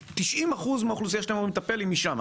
90% מהאוכלוסייה שאתם אמורים לטפל היא משם.